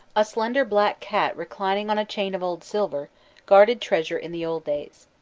a slender black cat reclining on a chain of old silver guarded treasure in the old days.